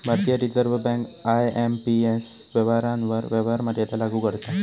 भारतीय reserve bank IMPS व्यवहारांवर व्यवहार मर्यादा लागू करता